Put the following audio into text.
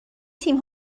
تیم